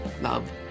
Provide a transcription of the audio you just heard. love